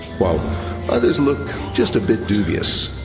while others look just a bit dubious.